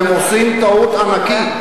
אתם עושים טעות ענקית,